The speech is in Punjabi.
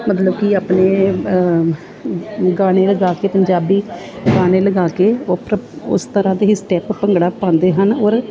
ਮਤਲਬ ਕਿ ਆਪਣੇ ਗ ਗਾਣੇ ਵਜਾ ਕੇ ਪੰਜਾਬੀ ਗਾਣੇ ਲਗਾ ਕੇ ਉਹ ਪਰਬ ਉਸ ਤਰ੍ਹਾਂ ਦੇ ਹੀ ਸਟੈਪ ਭੰਗੜਾ ਪਾਉਂਦੇ ਹਨ ਔਰ